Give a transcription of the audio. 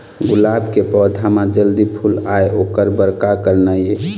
गुलाब के पौधा म जल्दी फूल आय ओकर बर का करना ये?